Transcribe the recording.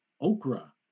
okra